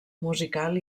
musical